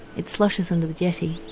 it sloshes onto the jetty.